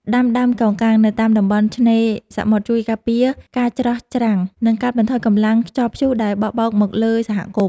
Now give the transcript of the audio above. ដាំដើមកោងកាងនៅតាមតំបន់ឆ្នេរសមុទ្រជួយការពារការច្រោះច្រាំង និង កាត់បន្ថយកម្លាំងខ្យល់ព្យុះដែលបោកបក់មកលើសហគមន៍។